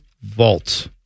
vault